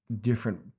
different